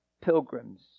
pilgrims